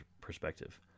perspective